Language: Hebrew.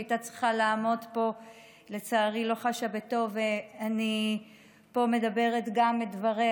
שהייתה צריכה לעמוד פה ולצערי לא חשה בטוב ואני פה מדברת גם את דבריה,